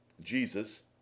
Jesus